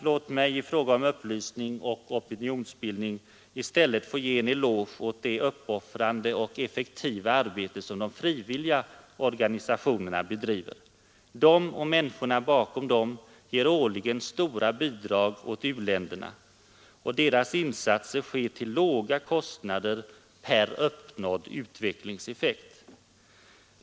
Låt mig i fråga om upplysning och opinionsbildning i stället få ge en eloge åt det uppoffrande och effektiva arbete som de frivilliga organisationerna bedriver. De och människorna bakom dem ger årligen stora bidrag åt u-länderna. Deras insatser sker till låga kostnader i förhållande till uppnådd utvecklingseffekt.